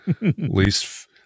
Least